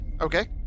Okay